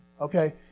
okay